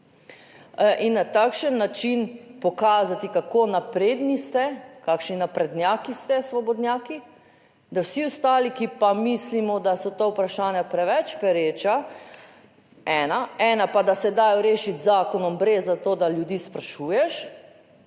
in na takšen način pokazati kako napredni ste, kakšni naprednjaki ste svobodnjaki, da vsi ostali, ki pa mislimo, da so ta vprašanja preveč pereča, ena pa, da se dajo rešiti z zakonom, gre za to, da ljudi sprašuješ